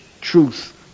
truth